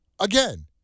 Again